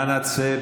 אנא צא,